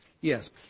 Yes